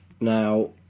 Now